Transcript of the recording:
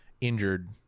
injured